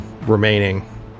remaining